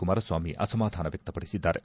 ಕುಮಾರಸ್ವಾಮಿ ಅಸಮಾಧಾನ ವ್ಯಕ್ತಪಡಿಸಿದ್ದಾರೆ